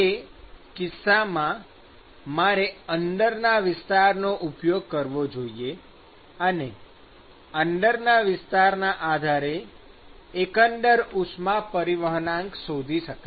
તે કિસ્સામાં મારે અંદરના વિસ્તારનો ઉપયોગ કરવો જોઈએ અને અંદરના વિસ્તારના આધારે એકંદર ઉષ્મા પરિવહનાંક શોધી શકાય